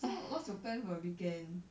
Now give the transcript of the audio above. so what's your plan for your weekend